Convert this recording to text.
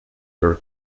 your